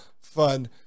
fun